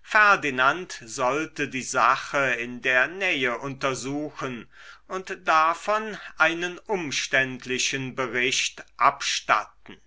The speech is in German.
ferdinand sollte die sache in der nähe untersuchen und davon einen umständlichen bericht abstatten